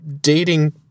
Dating